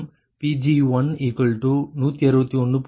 11 மற்றும் C2105